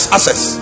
Access